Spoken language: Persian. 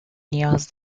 نیاز